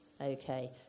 Okay